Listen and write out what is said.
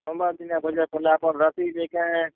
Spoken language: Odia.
ସୋମବାର ଦିନେ ବଜାର୍ ପଡ଼ିଲା ପରେ ରାତିରେ କେଁ